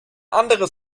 andere